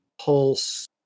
pulse